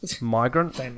Migrant